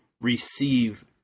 receive